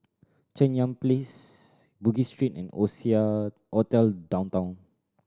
Cheng Yan Place Bugis Street and Oasia Hotel Downtown